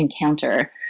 encounter